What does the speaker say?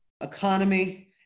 economy